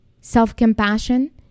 self-compassion